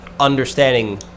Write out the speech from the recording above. understanding